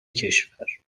کشور